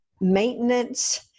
maintenance